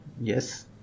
Yes